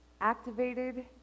activated